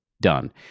done